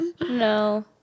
No